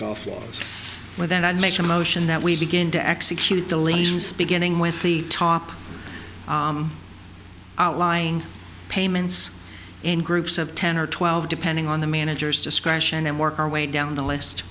scofflaws well then i'd make a motion that we begin to execute deletions beginning with the top outlying payments in groups of ten or twelve depending on the manager's discretion and work our way down the list